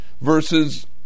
verses